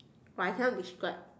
I cannot describe